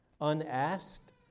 Unasked